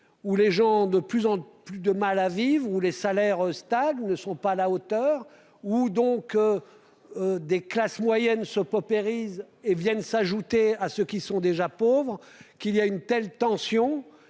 où les gens ont de plus en plus de mal à vivre, où les salaires stagnent et ne sont pas à la hauteur, où les classes moyennes, qui se paupérisent, s'ajoutent à celles qui sont déjà pauvres, et où il y a une forte tension.